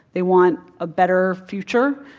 they want a better future.